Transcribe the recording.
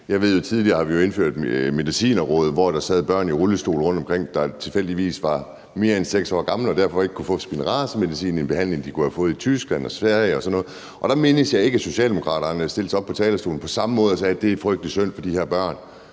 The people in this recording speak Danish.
mange gange. Tidligere var der et eksempel med Medicinrådet, hvor der sad børn i rullestol rundtomkring, der tilfældigvis var mere end 6 år gamle og derfor ikke kunne få Spinrazamedicin, der var en behandling, som de kunne have fået i Tyskland og Sverige. Der mindes jeg ikke, at Socialdemokraterne stillede sig op på talerstolen på samme måde og sagde: Det er frygtelig synd for de her børn.